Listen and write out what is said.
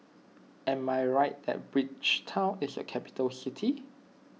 am I right that Bridgetown is a capital city